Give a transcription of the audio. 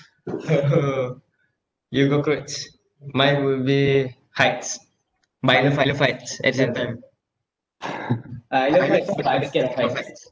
you cockroach mine will be heights but I love I love heights at the same time ah I love heights but I scared of heights